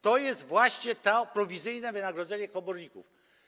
To jest właśnie to prowizyjne wynagrodzenie komorników.